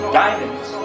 diamonds